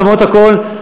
למרות הכול,